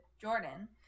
Jordan